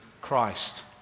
Christ